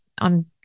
on